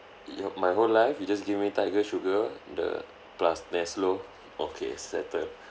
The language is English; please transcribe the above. ya my whole life you just give me tiger sugar the plus neslo okay settle